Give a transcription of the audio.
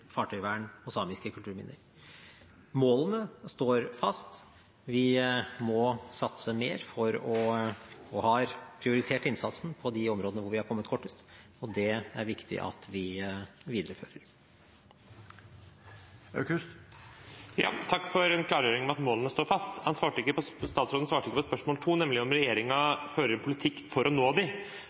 fartøyvern og samiske kulturminner. Målene står fast. Vi må satse mer og har prioritert innsatsen på de områdene hvor vi har kommet kortest, og det er det viktig at vi viderefører. Takk for klargjøringen av at målene står fast. Statsråden svarte ikke på spørsmål 2, nemlig om regjeringen fører en politikk for å nå målene. Da vil jeg si at det gjør de